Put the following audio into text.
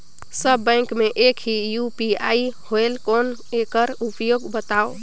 सब bank मे एक ही यू.पी.आई होएल कौन एकर उपयोग बताव?